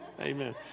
Amen